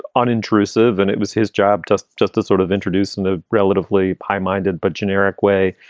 unintrusive and it was his job just just to sort of introduce in a relatively high minded but generic way.